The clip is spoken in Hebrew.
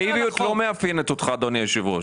נאיביות לא מאפיינת אותך, אדוני היושב ראש.